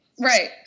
Right